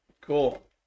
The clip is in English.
Cool